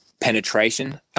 penetration